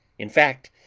in fact,